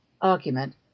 argument